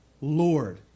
Lord